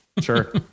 sure